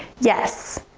yes.